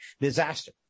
disaster